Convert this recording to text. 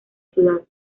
ciudad